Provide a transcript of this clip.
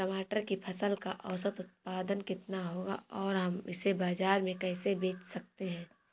टमाटर की फसल का औसत उत्पादन कितना होगा और हम इसे बाजार में कैसे बेच सकते हैं?